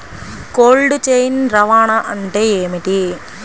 Cold chain రవాణా అంటే ఏమిటీ?